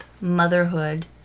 motherhood